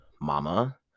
mama